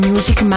Music